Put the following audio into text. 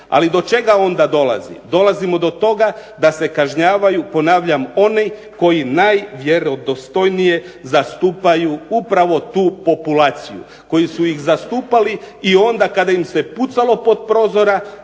Ali do čega onda dolazi? Dolazi do toga da se kažnjavaju ponavljam oni koji najvjerodostojnije zastupaju upravo tu populaciju, koji su ih zastupali i onda kada im se pucalo pod prozora